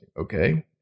Okay